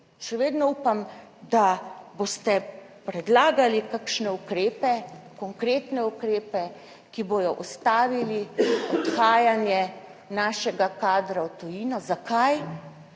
še vedno upam, da boste predlagali kakšne ukrepe, konkretne ukrepe, ki bodo ustavili odhajanje našega kadra v tujino. Zakaj?